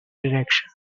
direction